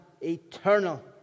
eternal